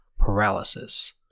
paralysis